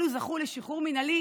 אלו זכו לשחרור מינהלי